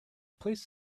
placed